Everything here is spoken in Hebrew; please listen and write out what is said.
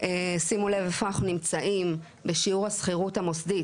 אבל שימו לב איפה אנחנו נמצאים בשיעור השכירות המוסדית,